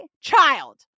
child